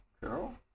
girl